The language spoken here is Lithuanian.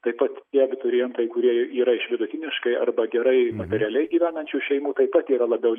taip pat tie abiturientai kurie yra iš vidutiniškai arba gerai materialiai gyvenančių šeimų taip pat yra labiau